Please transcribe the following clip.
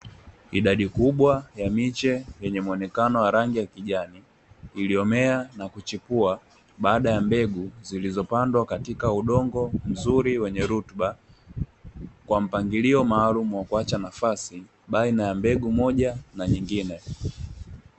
Idadi kubwa ya miche yenye mwonekano wa rangi ya kijani, iliyomea na kuchipua baada ya mbegu zilizopandwa katika udogo mzuri wenye rutuba, kwa mpangilio maalumu wa kuacha nafasi baina ya mbegu moja na nyingine.